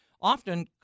often